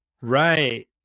Right